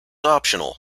optional